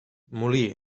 molí